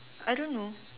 I don't know